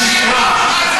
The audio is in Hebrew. היא שיקרה.